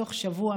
בתוך שבוע,